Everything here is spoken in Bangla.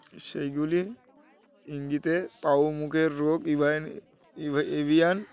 সেইগুলি ইঙ্গিতের পা ও মুখের রোগ ইভাইন এভিয়ান